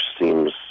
seems